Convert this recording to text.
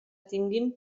tinguen